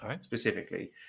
specifically